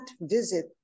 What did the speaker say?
visit